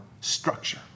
structure